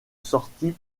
sortie